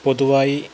പൊതുവായി